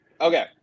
Okay